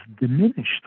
diminished